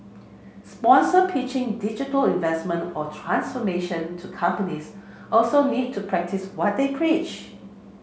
sponsor pitching digital investment or transformation to companies also need to practice what they preach